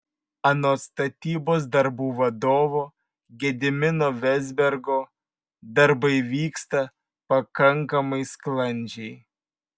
anot statybos darbų vadovo gedimino vezbergo darbai vyksta pakankamai sklandžiai